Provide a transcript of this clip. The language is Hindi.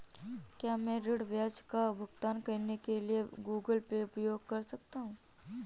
क्या मैं ऋण ब्याज का भुगतान करने के लिए गूगल पे उपयोग कर सकता हूं?